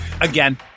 Again